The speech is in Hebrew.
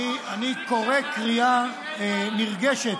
אני קורא קריאה נרגשת,